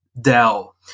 Dell